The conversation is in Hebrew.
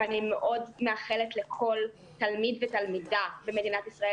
ואני מאוד מאחלת לכל תלמיד ותלמידה במדינת ישראל